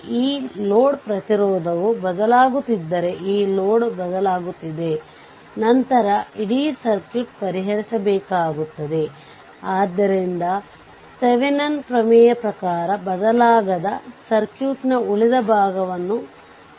ಈ 2 Ω ಪ್ರತಿರೋಧದ ಮೂಲಕ ಯಾವುದೇ ವಿದ್ಯುತ್ ಹರಿಯುವುದಿಲ್ಲಈಗ VThevenin ಅನ್ನು ಹೇಗೆ ಕಂಡುಹಿಡಿಯುವುದು